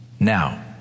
Now